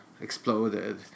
exploded